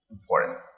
important